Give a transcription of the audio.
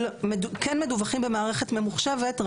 כן מדווחים במערכת ממוחשבת,